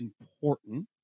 important